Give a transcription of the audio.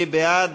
מי בעד?